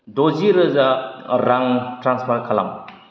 द'जिरोजा रां ट्रेन्सफार खालाम